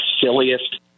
silliest